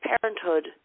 Parenthood